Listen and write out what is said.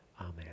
Amen